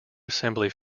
assembly